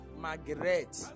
Margaret